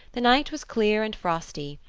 the night was clear and frosty,